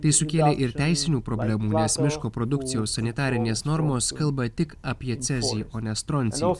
tai sukėlė ir teisinių problemų nes miško produkcijos sanitarinės normos kalba tik apie ceūį o ne stroncį